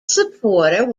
supporter